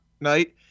night